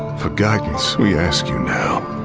for guidance, we ask you now.